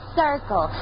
circle